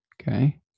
okay